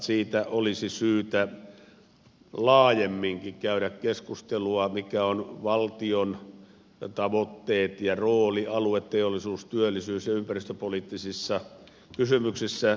siitä olisi syytä laajemminkin käydä keskustelua mitkä ovat valtion tavoitteet ja rooli alue teollisuus työllisyys ja ympäristöpoliittisissa kysymyksissä